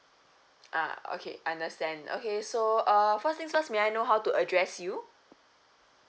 uh okay understand okay so uh first things first may I know how to address you